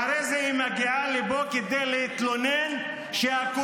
ואחרי זה היא מגיעה לפה כדי להתלונן שהקורבן,